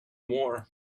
war